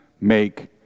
make